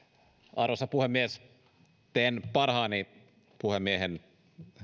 arvoisa puhemies teen parhaani puhemiehen